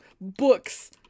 books